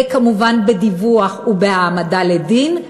וכמובן בדיווח ובהעמדה לדין,